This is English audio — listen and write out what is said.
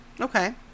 Okay